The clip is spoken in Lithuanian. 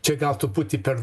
čia gal truputį per